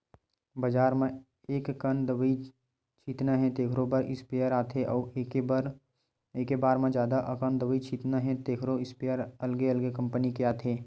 बजार म एककन दवई छितना हे तेखरो बर स्पेयर आथे अउ एके बार म जादा अकन दवई छितना हे तेखरो इस्पेयर अलगे अलगे कंपनी के आथे